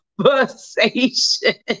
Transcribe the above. conversation